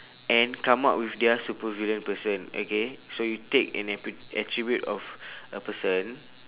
and come up with their supervillain person okay so you take an attri~ attribute of a person